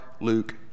Luke